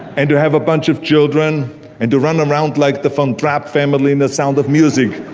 and to have a bunch of children and to run around like the von trapp family in the sound of music.